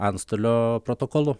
antstolio protokolu